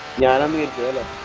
yeah on on the agenda,